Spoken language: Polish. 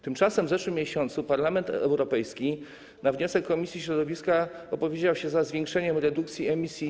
Tymczasem w zeszłym miesiącu Parlament Europejski na wniosek komisji środowiska opowiedział się za zwiększeniem redukcji emisji